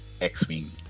X-Wing